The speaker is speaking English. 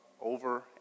over